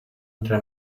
entre